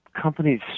companies